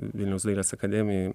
vilniaus dailės akademijoj